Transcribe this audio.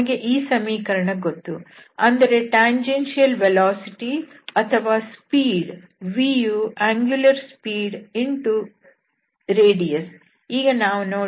ನಮಗೆ ಈ ಸಮೀಕರಣ ಗೊತ್ತು ಅಂದರೆ ಸ್ಪರ್ಶಕ ವೇಗ ಅಥವಾ ಸ್ಪೀಡ್ v ಯು ಕೋನೀಯ ವೇಗತ್ರಿಜ್ಯ ಈಗಷ್ಟೆ ನಾವು ನೋಡಿದಂತೆ ಇದು rsin